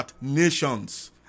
nations